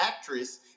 actress